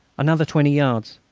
another twenty yards!